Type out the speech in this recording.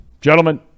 Gentlemen